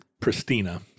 Pristina